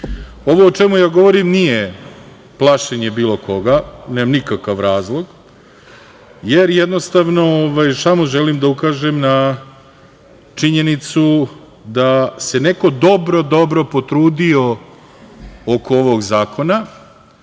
o čemu ja govorim nije plašenje bilo koga, nemam nikakav razlog, jer jednostavno samo želim da ukažem na činjenicu da se neko dobro, dobro potrudio oko ovog zakona,